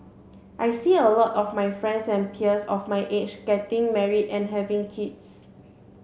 I see a lot of my friends and peers of my age getting married and having kids